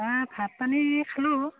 ভাত পানী খালোঁ